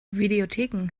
videotheken